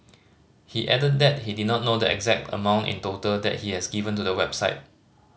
he added that he did not know the exact amount in total that he has given to the website